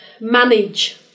manage